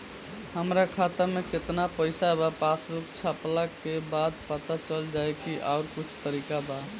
हमरा खाता में केतना पइसा बा पासबुक छपला के बाद पता चल जाई कि आउर कुछ तरिका बा?